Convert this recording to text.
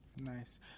Nice